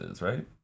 right